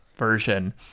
version